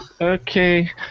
okay